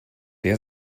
der